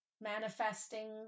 manifesting